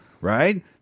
right